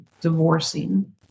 divorcing